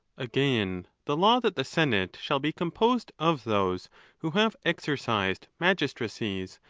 again, the law that the senate shall be composed of those who have exercised magistracies,